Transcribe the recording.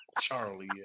Charlie